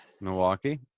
Milwaukee